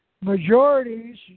majorities